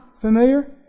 familiar